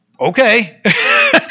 Okay